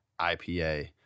IPA